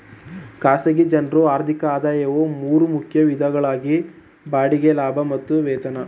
ಖಾಸಗಿ ಜನ್ರು ಆರ್ಥಿಕ ಆದಾಯವು ಮೂರು ಮುಖ್ಯ ವಿಧಗಳಾಗಿವೆ ಬಾಡಿಗೆ ಲಾಭ ಮತ್ತು ವೇತನ